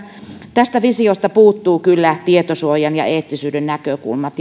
tästä visiosta puuttuvat kyllä tietosuojan ja eettisyyden näkökulmat